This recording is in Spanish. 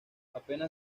apenas